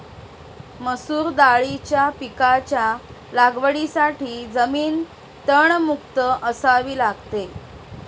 मसूर दाळीच्या पिकाच्या लागवडीसाठी जमीन तणमुक्त असावी लागते